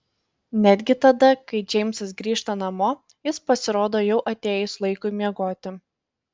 netgi tada kai džeimsas grįžta namo jis pasirodo jau atėjus laikui miegoti